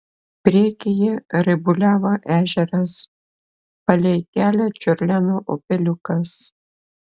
priekyje raibuliavo ežeras palei kelią čiurleno upeliukas